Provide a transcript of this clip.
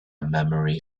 memory